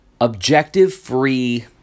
objective-free